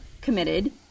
committed